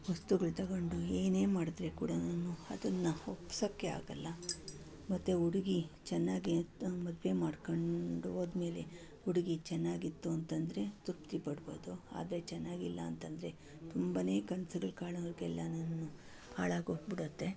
ವಸ್ತುಗಳು ತೊಗೊಂಡು ಏನೇನು ಮಾಡಿದರೆ ಕೂಡನೂ ಅದನ್ನು ಒಪ್ಪಿಸೋಕ್ಕೆ ಆಗಲ್ಲ ಮತ್ತೆ ಹುಡುಗಿ ಚೆನ್ನಾಗಿತ್ತು ಮದುವೆ ಮಾಡ್ಕೊಂಡು ಹೋದ್ಮೇಲೆ ಹುಡುಗಿ ಚೆನ್ನಾಗಿತ್ತು ಅಂತಂದರೆ ತೃಪ್ತಿ ಪಡ್ಬೋದು ಆದರೆ ಚೆನ್ನಾಗಿಲ್ಲ ಅಂತಂದರೆ ತುಂಬನೇ ಕನ್ಸುಗಳು ಕಾಣೋರ್ಗೆಲ್ಲನೂ ಹಾಳಾಗೋಗ್ಬಿಡುತ್ತೆ